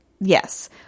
Yes